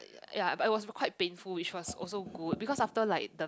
ya but it was quite painful which was also good because after like the